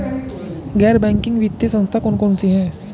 गैर बैंकिंग वित्तीय संस्था कौन कौन सी हैं?